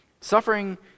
Suffering